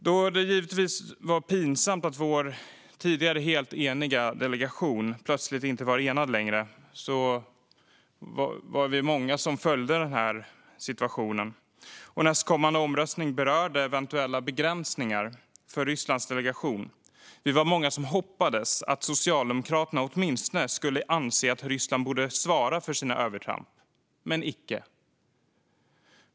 Det var givetvis pinsamt att vår tidigare helt eniga delegation plötsligt inte var enad längre, men vi var många som följde situationen. Nästkommande omröstning berörde eventuella begränsningar för Rysslands delegation. Vi var många som hoppades att Socialdemokraterna åtminstone skulle anse att Ryssland borde svara för sina övertramp - men icke.